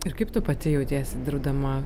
ir kaip tu pati jautiesi dirbdama